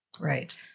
Right